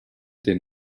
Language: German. den